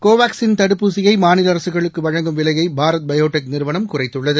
கோவாக்சின் தடுப்பூசியை மாநில அரசுகளுக்கு வழங்கும் விலையை பாரத் பயோடெக் நிறுவனம் குறைத்துள்ளது